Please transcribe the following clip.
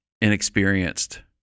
inexperienced